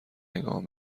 نگاه